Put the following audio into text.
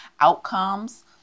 outcomes